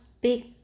big